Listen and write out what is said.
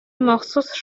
махсус